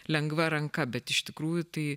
lengva ranka bet iš tikrųjų tai